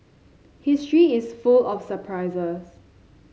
history is full of surprises